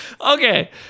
Okay